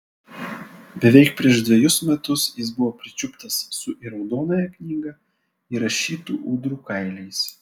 beveik prieš dvejus metus jis buvo pričiuptas su į raudonąją knygą įrašytų ūdrų kailiais